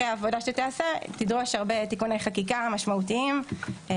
חשוב להגיד,